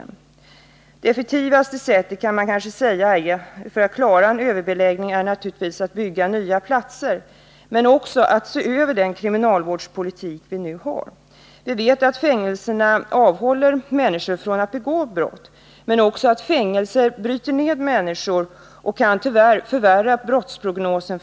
Man kan naturligtvis säga att det effektivaste sättet att klara en överbeläggning är att bygga nya anstalter, men det gäller också att se över den kriminalvårdspolitik vi har. Vi vet att fängelserna avhåller människor från att begå brott. Men vi vet också att en fängelsevistelse kan bryta ner en människa och tyvärr också förvärra brottsprognosen.